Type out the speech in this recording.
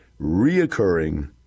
reoccurring